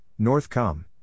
NORTHCOM